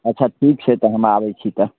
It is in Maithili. अच्छा ठीक छै तऽ हम आबै छी तऽ